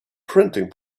printing